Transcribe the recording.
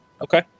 Okay